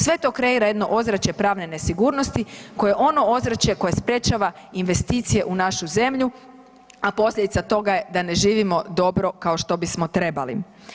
Sve to kreira jedno ozračje pravne nesigurnosti koje ono je ono ozračje koje sprečava investicije u našu zemlju, a posljedica toga je da ne živimo dobro kao što bismo trebali.